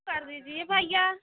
कर दीजिए भैया